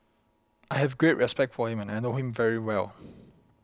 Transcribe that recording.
I have great respect for him and I know him very well